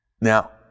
Now